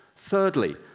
Thirdly